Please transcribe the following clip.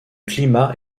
climat